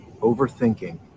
Overthinking